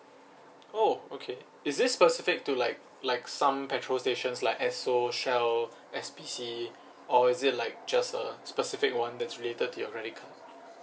oh okay is this specific to like like some petrol stations like esso shell S_P_C or is it like just a specific one that's related to your credit card